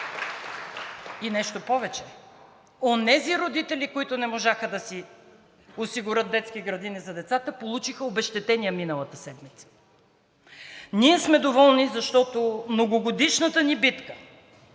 И нещо повече, онези родители, които не можаха да си осигурят детски градини за децата, получиха обезщетение миналата седмица. Ние сме доволни, защото многогодишната ни битка